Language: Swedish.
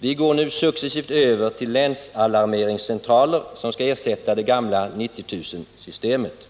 Vi går nu successivt över till länsalarmeringscentraler som skall ersätta det gamla 90 000-systemet.